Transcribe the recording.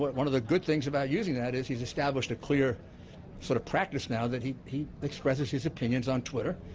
one of the good things about using that is, he's established a clear sort of practice now that he he expresses his opinions on twitter.